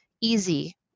easy